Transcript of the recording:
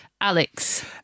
Alex